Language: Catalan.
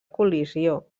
col·lisió